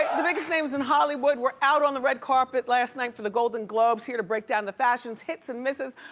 the biggest names in hollywood were out on the red carpet last night for the golden globes. here to break down the fashion's hits and misses,